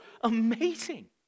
amazing